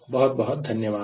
बहुत बहुत धन्यवाद